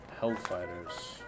Hellfighters